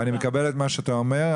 אני מקבל את מה שאתה אומר.